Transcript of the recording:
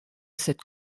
cette